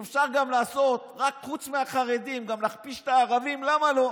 אם חוץ מהחרדים אפשר גם להכפיש את הערבים, למה לא?